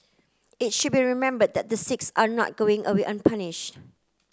it should be remembered that the six are not going away unpunished